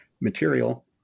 material